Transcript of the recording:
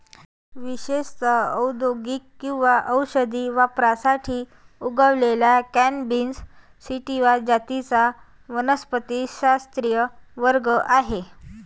विशेषत औद्योगिक किंवा औषधी वापरासाठी उगवलेल्या कॅनॅबिस सॅटिवा जातींचा वनस्पतिशास्त्रीय वर्ग आहे